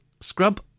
scrub